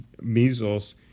measles